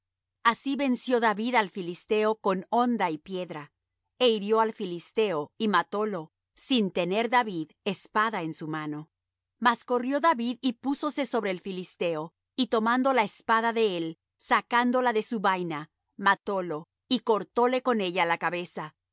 así venció david al filisteo con honda y piedra é hirió al filisteo y matólo sin tener david espada en su mano mas corrió david y púsose sobre el filisteo y tomando la espada de él sacándola de su vaina matólo y cortóle con ella la cabeza